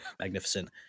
Magnificent